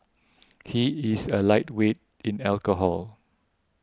he is a lightweight in alcohol